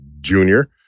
Junior